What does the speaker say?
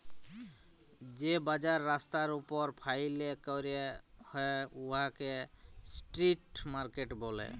যে বাজার রাস্তার উপর ফ্যাইলে ক্যরা হ্যয় উয়াকে ইস্ট্রিট মার্কেট ব্যলে